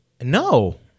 No